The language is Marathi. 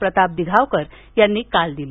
प्रताप दिघावकर यांनी काल दिली